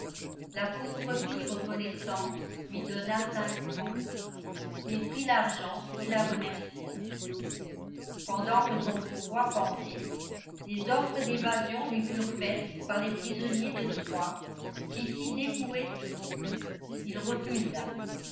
la pauvre fille reconnaissante lui donna cinq francs il prit l'argent et la remercia pendant que son pourvoi pendait des offres d'évasion lui furent faites par les prisonniers de troyes qui s'y dévouaient tous il refusa